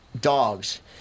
dogs